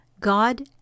God